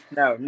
no